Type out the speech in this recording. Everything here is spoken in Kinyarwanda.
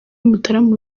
mutarama